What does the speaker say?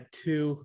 two